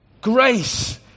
Grace